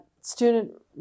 student